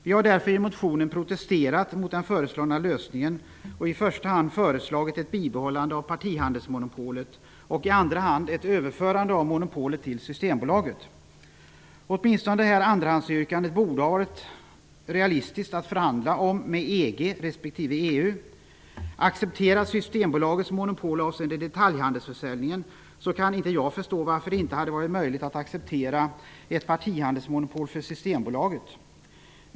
Vi har därför i motionen protesterat mot den föreslagna lösningen och i första hand föreslagit ett bibehållande av partihandelsmonopolet och i andra hand ett överförande av monopolet till Systembolaget. Åtminstone borde andrahandsyrkandet ha varit realistiskt att förhandla om med EG respektive EU. Accepteras Systembolagets monopol avseende detaljhandelsförsäljningen kan jag inte förstå varför det inte hade varit möjligt att acceptera ett partihandelsmonopol för Systembolaget.